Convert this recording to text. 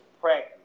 practice